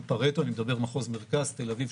פארטו אני מדבר על מחוז מרכז-תל אביב,